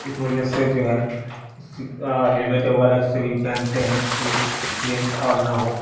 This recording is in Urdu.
اس وجہ سے جو ہے ہیلمٹ وغیرہ بھی پہنتے ہیں کہ ایکسیڈنٹ اور نہ ہو